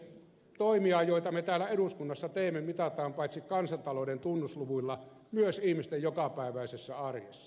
toimia joita me täällä eduskunnassa teemme mitataan paitsi kansantalouden tunnusluvuilla myös ihmisten jokapäiväisessä arjessa